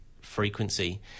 frequency